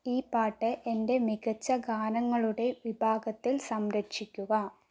ഈ പാട്ട് എന്റെ മികച്ച ഗാനങ്ങളുടെ വിഭാഗത്തിൽ സംരക്ഷിക്കുക